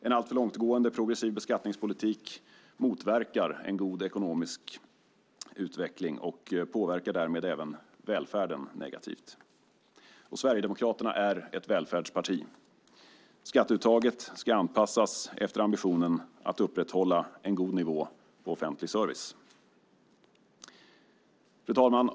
En alltför långtgående progressiv beskattningspolitik motverkar en god ekonomisk utveckling och påverkar därmed även välfärden negativt. Sverigedemokraterna är ett välfärdsparti. Skatteuttaget ska anpassas efter ambitionen att upprätthålla en god nivå på offentlig service. Fru talman!